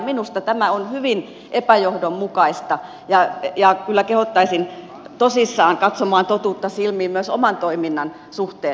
minusta tämä on hyvin epäjohdonmukaista ja kyllä kehottaisin tosissaan katsomaan totuutta silmiin myös oman toiminnan suhteen